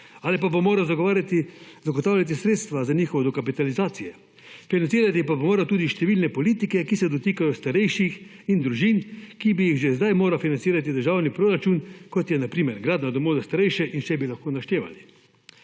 ali pa bo moral zagotavljati sredstva za njihovo dokapitalizacijo. Financirati pa bo moral tudi številne politike, ki se dotikajo starejših in družin, ki bi jih že zdaj moral financirati državni proračun, kot je, na primer, gradnja domov za starejše in še bi lahko naštevali.